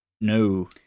no